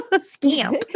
scamp